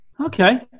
Okay